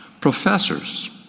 professors